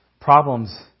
problems